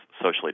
socially